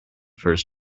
first